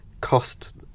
cost